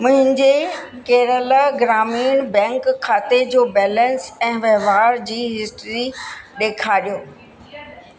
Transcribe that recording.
मुंहिंजे केरल ग्रामीण बैंक खाते जो बैलेंस ऐं वहिंवार जी हिस्ट्री ॾेखारियो